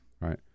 Right